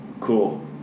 Cool